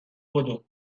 بدو